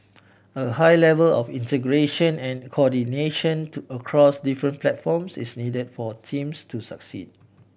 a high level of integration and coordination to across different platforms is needed for teams to succeed